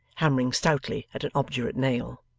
hammering stoutly at an obdurate nail.